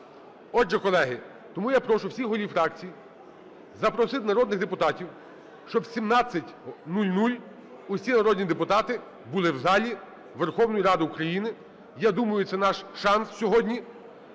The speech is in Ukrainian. Отже, колеги, тому я прошу всіх голів фракцій запросити народних депутатів, щоб в 17:00 усі народні депутати були в залі Верховної Ради України. Я думаю, це наш шанс сьогодні